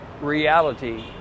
reality